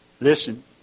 Listen